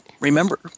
Remember